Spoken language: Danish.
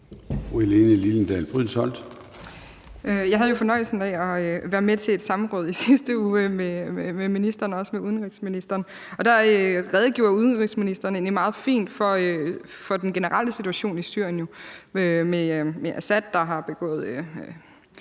Jeg havde fornøjelsen af at være med til et samråd i sidste uge med ministeren og også med udenrigsministeren, og der redegjorde udenrigsministeren jo egentlig meget fint for den generelle situation i Syrien med Assad, der har begået